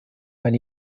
kann